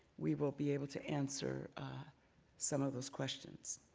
we will be able to answer some of those questions.